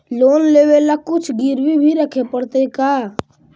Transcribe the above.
Loan लेबे ल कुछ गिरबी भी रखे पड़तै का?